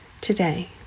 today